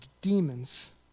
demons